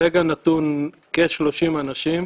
ברגע נתון כ-30 אנשים